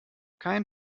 kein